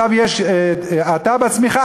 ועכשיו יש האטה בצמיחה,